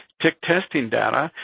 tick testing data,